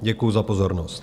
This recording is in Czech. Děkuju za pozornost.